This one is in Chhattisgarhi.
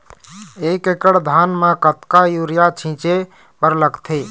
एक एकड़ धान म कतका यूरिया छींचे बर लगथे?